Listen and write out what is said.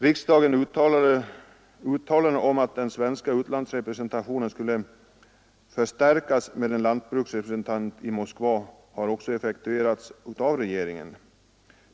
Riksdagens uttalande att den svenska utlandsrepresentationen skulle förstärkas med en lantbruksrepresentant i Moskva har också effektuerats av regeringen.